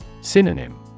Synonym